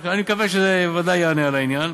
אני מקווה שזה ודאי יענה על העניין.